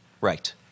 Right